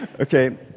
okay